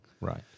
Right